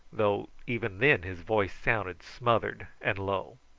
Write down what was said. though even then his voice sounded smothered and low.